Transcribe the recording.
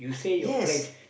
yes